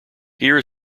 here